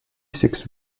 six